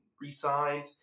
re-signed